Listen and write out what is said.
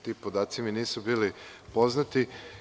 Ti podaci mi nisu bili poznati.